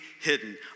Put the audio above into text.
hidden